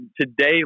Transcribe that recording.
today